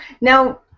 Now